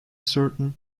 certain